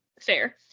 fair